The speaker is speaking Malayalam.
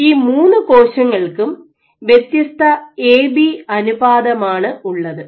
ഈ മൂന്നു കോശങ്ങൾക്കും വ്യത്യസ്ത A B A B ratio അനുപാതമാണ് ഉള്ളത്